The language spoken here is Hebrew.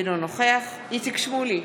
אינו נוכח איציק שמולי,